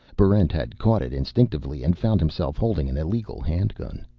barrent had caught it instinctively and found himself holding an illegal handgun.